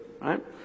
right